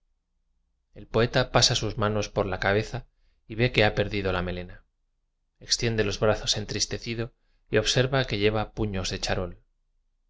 el poeta pasa sus manos por la cabeza y ve que ha perdido la melena extiende los brazos entristecido y observa que lleva pu ños de charol